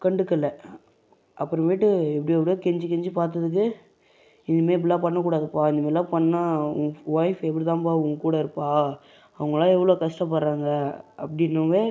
கண்டுக்கலை அப்புறமேட்டு எப்படி எப்படியோ கெஞ்சி கெஞ்சிப் பார்த்ததுக்கு இனிமேல் இப்படிலாம் பண்ணக் கூடாதுப்பா இந்த மாதிரில்லா பண்ணிணா உன் ஒய்ஃப் எப்படிதான்ப்பா உன்கூட இருப்பாள் அவங்கல்லாம் எவ்வளோ கஷ்டப்படுறாங்க அப்படின்னுவே